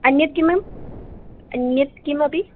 अन्यत् किम् अन्यत् किमपि